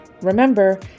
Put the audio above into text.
Remember